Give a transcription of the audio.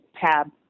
tab